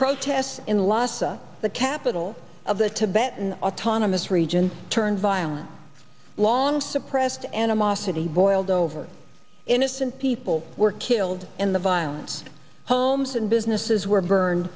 protests in lhasa the capital of the tibetan autonomous region turned violent long suppressed animosity boiled over innocent people were killed in the violence homes and businesses were burned